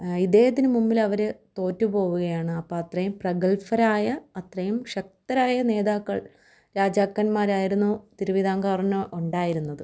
ഇദ്ദേഹത്തിൻ്റെ മുമ്പിലവർ തോറ്റു പോകുകയാണ് അപ്പത്രയും പ്രഗത്ഭരായ അത്രയും ശക്തരായ നേതാക്കൾ രാജാക്കന്മാരായിരുന്നു തിരുവിതാം കൂറിനോ ഉണ്ടായിരുന്നത്